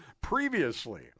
previously